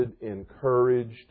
encouraged